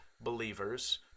believers